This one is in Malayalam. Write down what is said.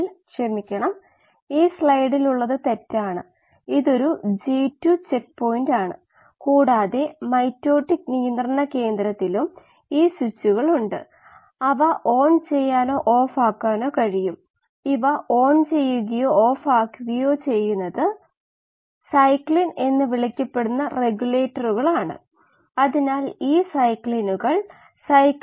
പ്രാക്ടീസ് പ്രശ്നം എന്തെന്ന് വെച്ചാൽ പ്രോസസ് ചെയ്ത ഫംഗസ് വിഷാംശം ഉള്ള ലോഹങ്ങളുടെ നല്ല ബയോസോർബന്റുകളാണ് അതിനാൽ അവ വ്യവസായ മാലിന്യങ്ങളിൽ നിന്ന് ക്രോമിയം മെർക്കുറി കോബാൾട്ട് മറ്റ് ഹെവി ലോഹങ്ങൾ എന്നിവ നീക്കം ചെയ്യാൻ ഉപയോഗിക്കാം